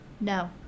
no